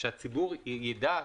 שהציבור ידע,